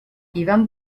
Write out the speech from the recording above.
ivan